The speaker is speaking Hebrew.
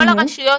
כל הרשויות